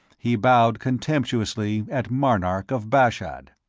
he bowed contemptuously at marnark of bashad.